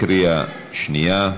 קריאה שנייה.